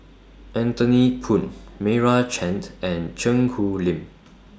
Anthony Poon Meira Chand and Cheang Hong Lim